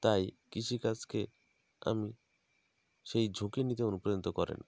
তাই কৃষিকাজকে আমি সেই ঝুঁকি নিতে অনুপ্রাণিত করে